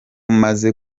maze